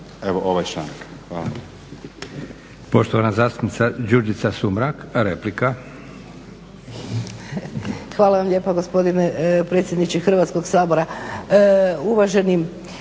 evo ovaj članak. Hvala.